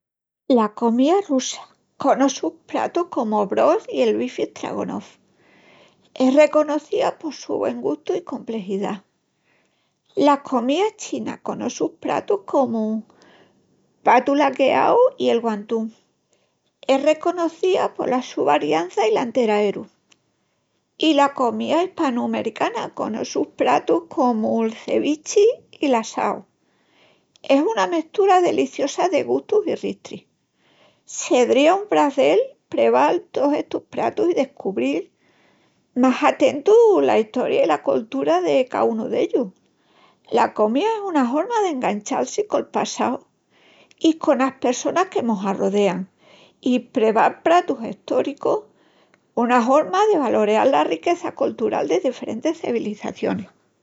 La comía russa, conos sus pratus comu'l borscht i'l bifi stroganoff, es reconecía por su güen gustu i comprexidá. La comía china, conos sus pratus comu'l patu laqueáu i el wantun, es reconecía pola su variança i lanteraeru. I la comía ispanu-mericana, conos sus pratus comu'l cevichi i l'assau, es una mestura deliciosa de gustus i ristris. Sedría un prazel preval tos essus pratus i descubril más a tentu la estoria i la coltura tras de caúnu d'ellus. La comía es una horma de enganchal-si col passau i conas pressonas que mos arrodean, i preval pratus estóricus es una horma de valoreal la riqueza coltural de deferentis cevilizacionis.